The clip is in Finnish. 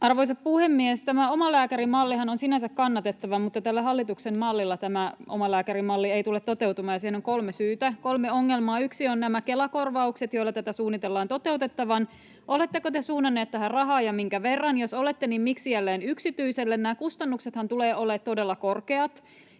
Arvoisa puhemies! Tämä omalääkärimallihan on sinänsä kannatettava, mutta tällä hallituksen mallilla tämä omalääkärimalli ei tule toteutumaan, ja siihen on kolme syytä, kolme ongelmaa: Yksi on nämä Kela-korvaukset, joilla tätä suunnitellaan toteutettavan. Oletteko te suunnanneet tähän rahaa ja minkä verran? Jos olette, niin miksi jälleen yksityiselle? Nämä kustannuksethan tulevat olemaan todella korkeat,